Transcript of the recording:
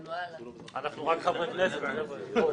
אנחנו רק חברי כנסת, חבר'ה.